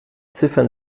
ziffern